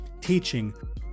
teaching